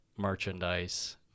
merchandise